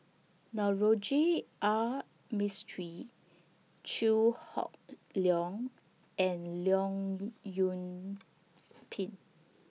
Navroji R Mistri Chew Hock Leong and Leong Yoon Pin